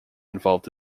involved